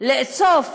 לאסוף